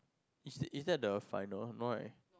is that is that the final no right